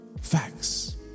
Facts